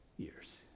years